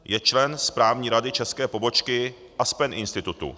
Je člen správní rady české pobočky Aspen Institute.